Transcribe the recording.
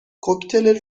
کوکتل